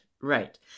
Right